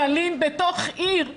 גלים בתוך עיר,